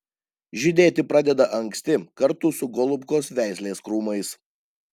žydėti pradeda anksti kartu su golubkos veislės krūmais